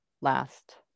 Last